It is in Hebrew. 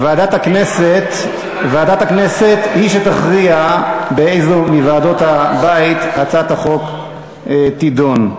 ועדת הכנסת היא שתכריע באיזו מוועדות הבית הצעת החוק תידון.